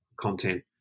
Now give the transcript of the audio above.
content